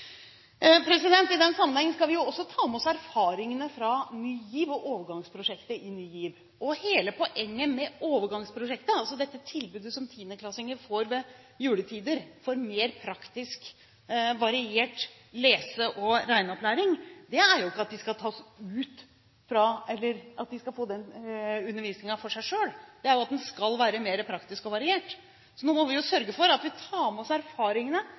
I den sammenheng skal vi også ta med oss erfaringene fra Ny GIV og overgangsprosjektet i Ny GIV. Hele poenget med overgangsprosjektet, det tilbudet som 10.-klassinger får ved juletider om mer praktisk og variert lese- og regneopplæring, er ikke at de skal få den undervisningen for seg selv. Det er at den skal være mer praktisk og variert. Nå må vi sørge for at vi tar med oss erfaringene,